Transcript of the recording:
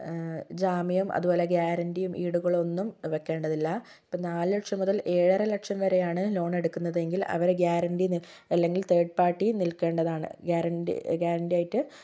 ജാമ്യം അതുപോലെ ഗ്യാരണ്ടിയും ഈടുകൾ ഒന്നും വയ്ക്കണ്ടതില്ല ഇപ്പോൾ നാല് ലക്ഷം മുതൽ ഏഴര ലക്ഷം വരെയാണ് ലോൺ എടുക്കുന്നതെങ്കിൽ അവരെ ഗ്യാരണ്ടി അല്ലെങ്കിൽ തേർഡ് പാർട്ടി നിൽക്കേണ്ടതാണ് ഗ്യാരണ്ടി ഗ്യാരണ്ടിയായിട്ട്